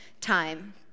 time